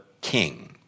King